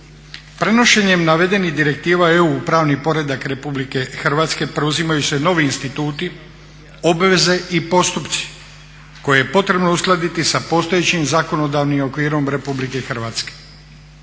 Prenošenjem navedenih direktiva EU u pravni poredak Republike Hrvatske preuzimaju se novi instituti, obveze i postupci koje je potrebno uskladiti sa postojećim zakonodavnim okvirom Republike Hrvatske.